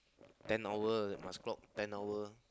ten hour must clock ten hour